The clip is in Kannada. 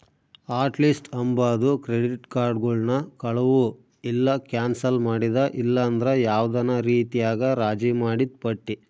ಹಾಟ್ ಲಿಸ್ಟ್ ಅಂಬಾದು ಕ್ರೆಡಿಟ್ ಕಾರ್ಡುಗುಳ್ನ ಕಳುವು ಇಲ್ಲ ಕ್ಯಾನ್ಸಲ್ ಮಾಡಿದ ಇಲ್ಲಂದ್ರ ಯಾವ್ದನ ರೀತ್ಯಾಗ ರಾಜಿ ಮಾಡಿದ್ ಪಟ್ಟಿ